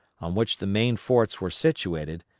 on which the main forts were situated,